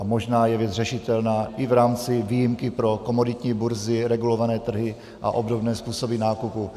Možná je věc řešitelná i v rámci výjimky i pro komoditní burzy, regulované trhy a obdobné způsoby nákupu.